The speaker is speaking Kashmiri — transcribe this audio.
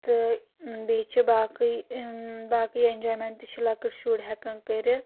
تہٕ بییٚہ چھُ باقی باقی اؠنجایمنٹ تہِ چھِ لۄکٕٹۍ شُرۍ ہیٚکان کرتھ